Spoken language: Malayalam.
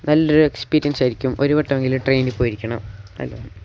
നല്ല ഒരു എക്സ്പീരിയൻസ് ആയിരിക്കും ഒരുവട്ടമെങ്കിലും ട്രെയിന് പോയിരിക്കണം എല്ലാവരും